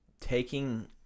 taking